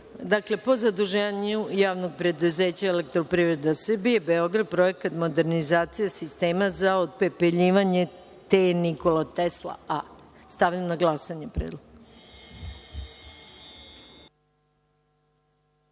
Majni, po zaduženju Javnog preduzeća Elektroprivreda Srbije, Beograd, Projekat modernizacija sistema za otpepeljivanje TE „Nikola Tesla A“.Stavljam na glasanje ovaj